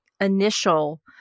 initial